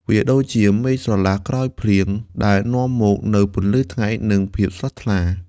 វាដូចជាមេឃស្រឡះក្រោយភ្លៀង ដែលនាំមកនូវពន្លឺថ្ងៃ និងភាពស្រស់ថ្លា។